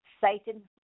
Satan